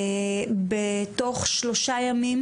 בתוך שלושה ימים